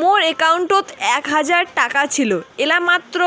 মোর একাউন্টত এক হাজার টাকা ছিল এলা মাত্র